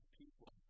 people